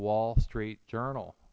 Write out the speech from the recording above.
wall street journal